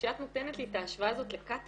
אבל לכן כשאת נותנת לי את ההשוואה הזאת לקטרקט